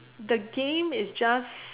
the game is just